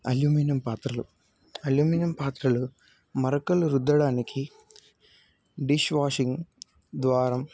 aluminium పాత్రలు aluminium పాత్రలు మరకలు రుద్దడానికి డిష్వాషింగ్ ద్వారం